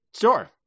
Sure